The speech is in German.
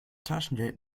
taschengeld